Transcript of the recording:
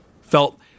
felt